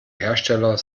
hersteller